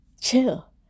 chill